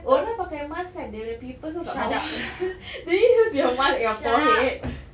oh now pakai mask kan then dia pimples tu kat bawah do you use your mask at your forehead